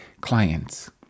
clients